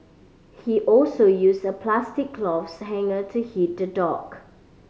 he also used a plastic cloths hanger to hit the dog